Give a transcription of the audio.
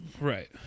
Right